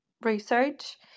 research